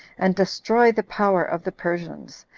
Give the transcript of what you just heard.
and destroy the power of the persians,